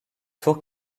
tour